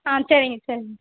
ஆ சரிங்க சரிங்க